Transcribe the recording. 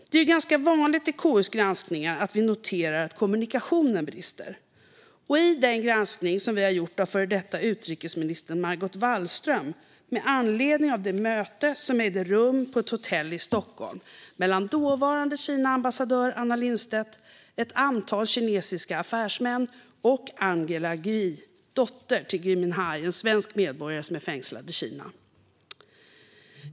Det är ganska vanligt i KU:s granskningar att vi noterar att kommunikationen brister. KU har gjort en granskning av den före detta utrikesministern Margot Wallström med anledning av det möte som ägde rum på ett hotell i Stockholm mellan dåvarande Kinaambassadören Anna Lindstedt, ett antal kinesiska affärsmän och Angela Gui, som är dotter till Gui Minhai, en svensk medborgare som är fängslad i Kina.